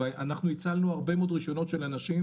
אנחנו הצלנו הרבה מאוד רישיונות של אנשים